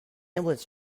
ambulance